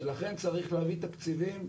לכן צריך להביא תקציבים.